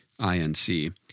INC